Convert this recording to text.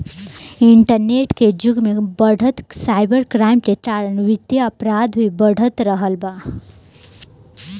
internet के जुग में बढ़त साइबर क्राइम के कारण वित्तीय अपराध भी बढ़ रहल बा